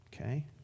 Okay